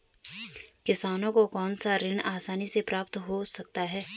किसानों को कौनसा ऋण आसानी से प्राप्त हो सकता है?